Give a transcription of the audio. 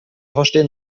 verstehen